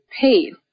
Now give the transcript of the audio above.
paid